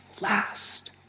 last